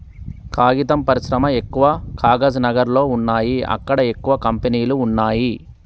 కాగితం పరిశ్రమ ఎక్కవ కాగజ్ నగర్ లో వున్నాయి అక్కడ ఎక్కువ కంపెనీలు వున్నాయ్